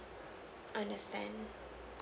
understand